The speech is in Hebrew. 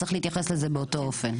צריך להתייחס לזה באותו אופן.